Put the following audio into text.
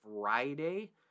Friday